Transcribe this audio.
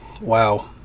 wow